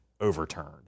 overturned